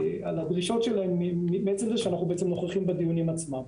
הדרישות שלהם מעצם זה שאנחנו בעצם נוכחים בדיונים עצמם.